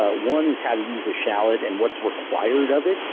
ah one is how you use a shallot and what's required of it,